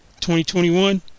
2021